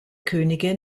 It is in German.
könige